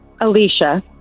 Alicia